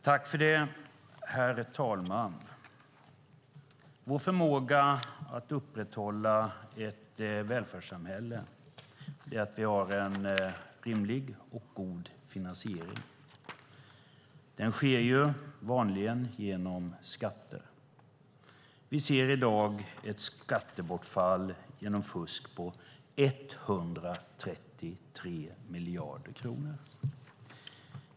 Herr talman! Vår förmåga att upprätthålla ett välfärdssamhälle är att vi har en rimlig och god finansiering. Den sker vanligen genom skatter. Vi ser i dag ett skattebortfall genom fusk på 133 miljarder kronor.